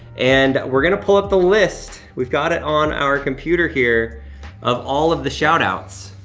and we're gonna pull up the list. we've got it on our computer here of all of the shout-outs.